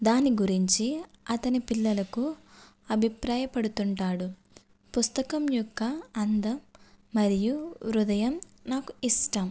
దాని గురించి అతని పిల్లలకు అభిప్రాయపడుతుంటాడు పుస్తకం యొక్క అందం మరియు హృదయం నాకు ఇష్టం